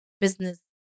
business